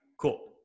Cool